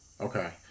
Okay